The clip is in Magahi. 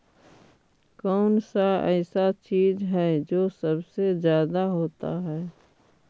कौन सा ऐसा चीज है जो सबसे ज्यादा होता है?